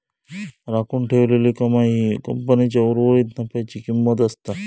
राखून ठेवलेली कमाई ही कंपनीच्या उर्वरीत नफ्याची किंमत असता